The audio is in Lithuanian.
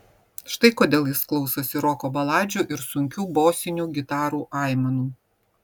štai kodėl jis klausosi roko baladžių ir sunkių bosinių gitarų aimanų